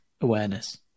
awareness